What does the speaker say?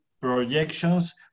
projections